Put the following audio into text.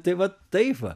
tai vat taip va